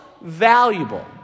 valuable